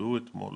שנקבעו אתמול.